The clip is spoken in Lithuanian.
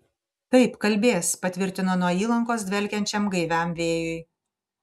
taip kalbės patvirtino nuo įlankos dvelkiančiam gaiviam vėjui